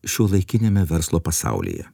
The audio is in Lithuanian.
šiuolaikiniame verslo pasaulyje